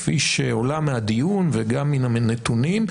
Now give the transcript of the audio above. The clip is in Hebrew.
כפי שעולה מן הדיון וגם מן הנתונים,